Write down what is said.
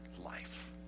life